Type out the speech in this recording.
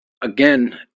again